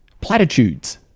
platitudes